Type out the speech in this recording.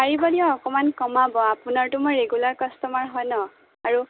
পাৰিব দিয়ক অকণমান কমাব আপোনাৰতো মই ৰেগুলাৰ কাষ্টমাৰ হয় ন' আৰু